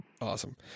Awesome